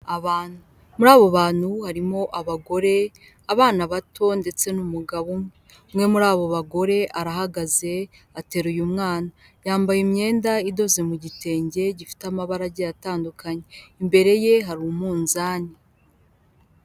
Abantu, muri abo bantu harimo abagore, abana bato ndetse n'umugabo, umwe muri abo bagore arahagaze ateruye umwana, yambaye imyenda idoze mu gitenge gifite amabara agiye atandukanye, imbere ye hari umunzani.